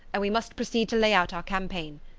and we must proceed to lay out our campaign.